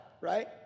right